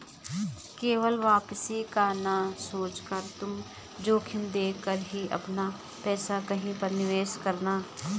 केवल वापसी का ना सोचकर तुम जोखिम देख कर ही अपना पैसा कहीं पर निवेश करना